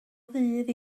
ddydd